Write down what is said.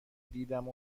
دیدم